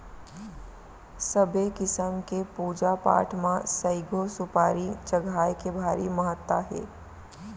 सबे किसम के पूजा पाठ म सइघो सुपारी चघाए के भारी महत्ता हे